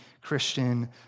Christian